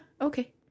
Okay